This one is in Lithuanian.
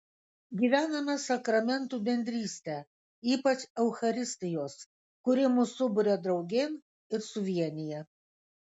gyvename sakramentų bendrystę ypač eucharistijos kuri mus suburia draugėn ir suvienija